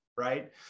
right